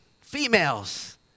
females